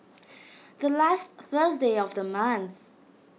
the last Thursday of the month